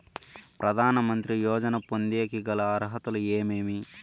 ప్రధాన మంత్రి యోజన పొందేకి గల అర్హతలు ఏమేమి?